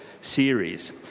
series